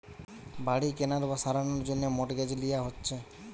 বাড়ি কেনার বা সারানোর জন্যে মর্টগেজ লিয়া হচ্ছে